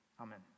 Amen